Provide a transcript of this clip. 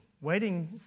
waiting